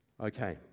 Okay